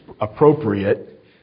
appropriate